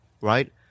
right